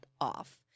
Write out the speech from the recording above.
off